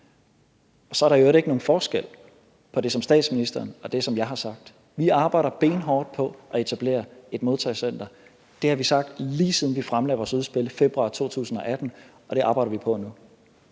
Så er der i øvrigt ikke nogen forskel på det, som statsministeren har sagt, og det, som jeg har sagt. Vi arbejder benhårdt på at etablere et modtagecenter. Det har vi sagt, lige siden vi fremlagde vores udspil i februar 2018, og det arbejder vi på nu.